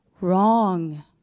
wrong